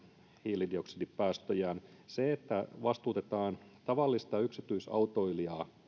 hiilidioksidipäästöjään se että vastuutetaan tavallista yksityisautoilijaa